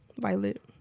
Violet